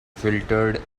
filtered